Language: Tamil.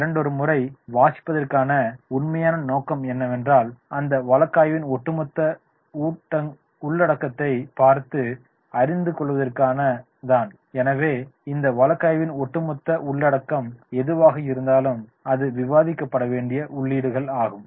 இரண்டொரு முறை வாசிப்பதற்கான உண்மையான நோக்கம் என்னெவென்றால் இந்த வழக்காய்வின் ஒட்டுமொத்த உள்ளடக்கத்தைப் பார்த்து அறிந்துகொள்வதற்குத்தான் எனவே இந்த வழக்காய்வின் ஒட்டுமொத்த உள்ளடக்கம் எதுவாக இருந்தாலும் அது விவாதிக்கப்பட வேண்டிய உள்ளீடு ஆகும்